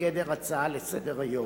בגדר הצעה לסדר-היום,